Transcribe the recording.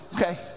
okay